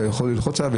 אתה יכול ללחוץ עליו,